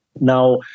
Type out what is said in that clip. now